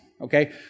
Okay